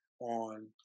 on